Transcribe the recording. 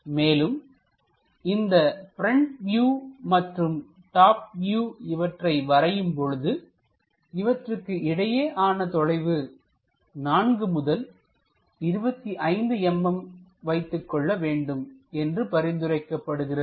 மேலும் இந்த front view மற்றும் டாப் வியூ இவற்றை வரையும் பொழுது இவற்றுக்கு இடையேயான தொலைவு 4 முதல் 25 mm வைத்துக் கொள்ள வேண்டும் என்று பரிந்துரைக்கப்படுகிறது